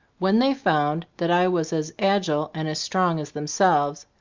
when they found that i was as agile and as strong as themselves,